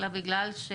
אלא בגלל ש